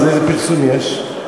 אז איזה פרסום יש?